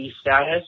status